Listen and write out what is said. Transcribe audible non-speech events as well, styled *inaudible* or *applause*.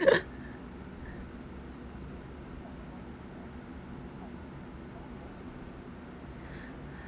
*laughs*